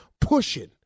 pushing